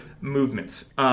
movements